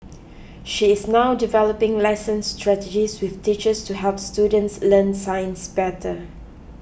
she is now developing lesson strategies with teachers to help students learn science better